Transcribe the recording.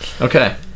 Okay